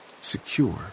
secure